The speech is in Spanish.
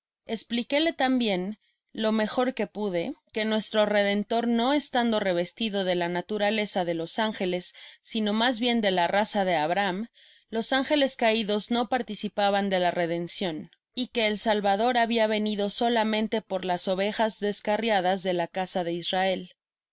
espliquéle tambien lo mejor que pude que nuestro redentor no estando revestido de la naturaleza de los ángeles sino mas bien de la raza de abraham los ángeles caidos no participaban de la redencion y que el salvador habia venido solamente por las ovejas descarriadas de la casa de israel